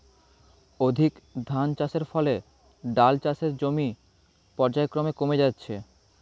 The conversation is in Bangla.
অধিক ধানচাষের ফলে ডাল চাষের জমি পর্যায়ক্রমে কমে যাচ্ছে